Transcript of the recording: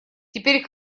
теперь